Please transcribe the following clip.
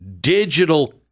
digital